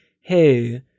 hey